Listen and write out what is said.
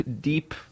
deep –